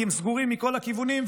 כי הם סגורים מכל הכיוונים,